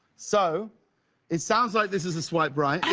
so it sounds like this is a swipe right,